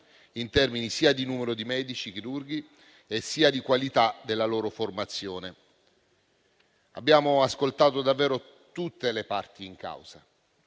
in termini sia di numero di medici chirurghi, sia di qualità della loro formazione. Abbiamo ascoltato davvero tutte le parti in causa: